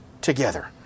together